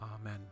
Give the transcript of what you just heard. amen